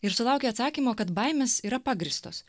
ir sulaukė atsakymo kad baimės yra pagrįstos